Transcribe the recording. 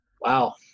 Wow